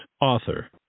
author